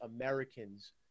Americans—